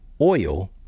oil